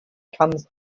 comes